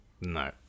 No